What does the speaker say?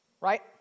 right